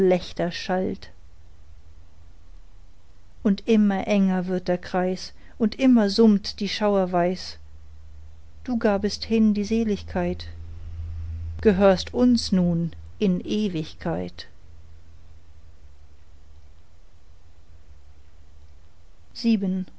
schallt und immer enger wird der kreis und immer summt die schauerweis du gabest hin die seligkeit gehörst uns nun in ewigkeit